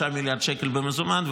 3 מיליארד שקל במזומן,